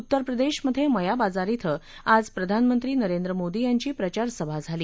उत्तरप्रदेशमधे मया बाजार ड्यें आज प्रधानमंत्री नरेंद्र मोदी यांची प्रचारसभा झाली